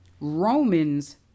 Romans